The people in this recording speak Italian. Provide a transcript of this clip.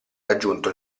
raggiunto